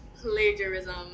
plagiarism